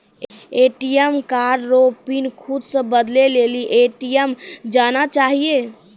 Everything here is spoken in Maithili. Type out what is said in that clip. ए.टी.एम कार्ड रो पिन खुद से बदलै लेली ए.टी.एम जाना चाहियो